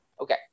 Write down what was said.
Okay